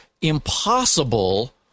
impossible